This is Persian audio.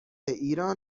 ایران